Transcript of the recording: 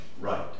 right